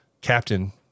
Captain